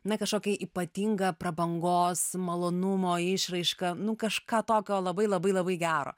na kažkokį ypatingą prabangos malonumo išraišką nu kažką tokio labai labai labai gero